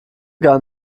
gar